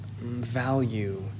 value